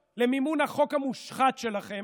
הטילה מיסים כמו שלא הוטלו בישראל עשרות שנים,